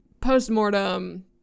post-mortem